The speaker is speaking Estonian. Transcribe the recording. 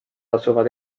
asuvad